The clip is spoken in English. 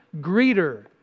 Greeter